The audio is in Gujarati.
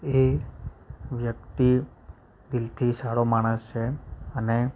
એ વ્યક્તિ દિલથી સારો માણસ છે અને